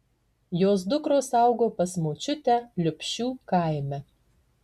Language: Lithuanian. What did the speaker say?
jos dukros augo pas močiutę liupšių kaime